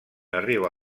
arriba